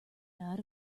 out